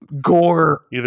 gore